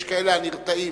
יש כאלה הנרתעים.